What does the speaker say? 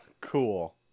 Cool